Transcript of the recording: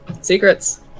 Secrets